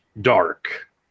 Dark